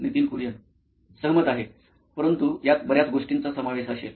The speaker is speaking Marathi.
नितीन कुरियन सीओओ नाईन इलेक्ट्रॉनिक्ससहमत आहे परंतु यात बऱ्याच गोष्टींचा समावेश असेल